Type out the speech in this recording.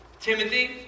Timothy